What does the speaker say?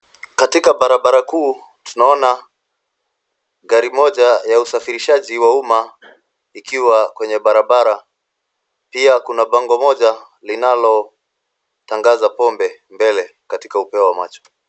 Katika barabara kuu tunaona gari moja ya usafirishaji wa umma ikiwa kwenye barabara. Pia kuna bango moja linalotangaza pombe mbele katika upeo wa macho.